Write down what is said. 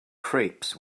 crepes